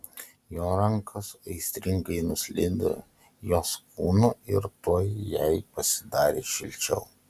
jo rankos aistringai nuslydo jos kūnu ir tuoj jai pasidarė šilčiau